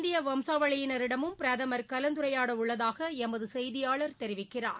இந்திய வம்சாவளியினரிடமும் பிரதமர் கலந்துரையாடவுள்ளதாக எமது செய்தியாளர் தெரிவிக்கிறார்